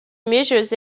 measures